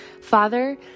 Father